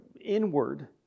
inward